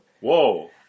Whoa